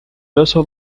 also